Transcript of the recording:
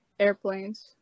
airplanes